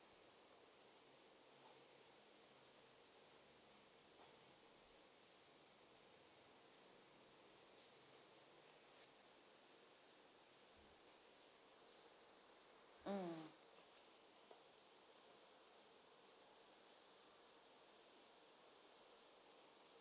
mm